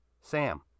Sam